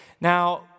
Now